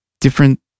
Different